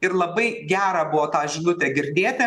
ir labai gera buvo tą žinutę girdėti